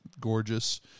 gorgeous